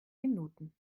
minuten